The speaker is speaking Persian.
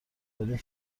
دارین